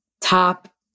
top